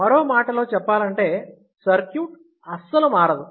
మరో మాటలో చెప్పాలంటే సర్క్యూట్ అస్సలు మారదు